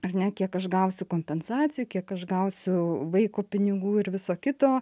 ar ne kiek aš gausiu kompensacijų kiek aš gausiu vaiko pinigų ir viso kito